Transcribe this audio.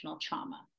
trauma